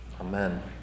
Amen